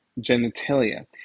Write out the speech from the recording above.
genitalia